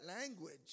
language